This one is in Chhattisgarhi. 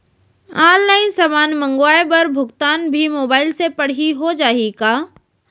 ऑनलाइन समान मंगवाय बर भुगतान भी मोबाइल से पड़ही हो जाही का?